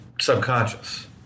subconscious